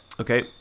Okay